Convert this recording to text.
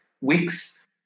weeks